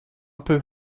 peu